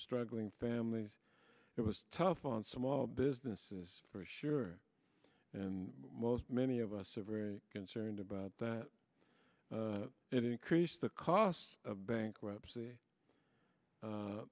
struggling families it was tough on small businesses for sure and most many of us are very concerned about that it increased the cost of bankruptcy